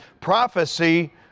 prophecy